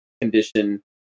condition